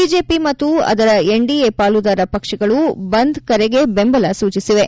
BJP ಮತ್ತು ಅದರ NDA ಪಾಲುದಾರ ಪಕ್ಷಗಳು ಬಂದ್ ಕರೆಗೆ ಬೆಂಬಲ ಸೂಚಿಸಿವೆ